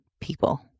people